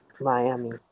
Miami